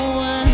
one